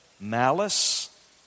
malice